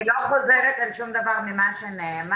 אני לא חוזרת על שום דבר ממה שנאמר.